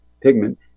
pigment